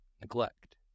neglect